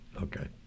Okay